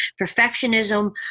Perfectionism